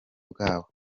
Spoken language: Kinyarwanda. bwabo